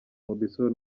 mobisol